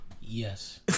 Yes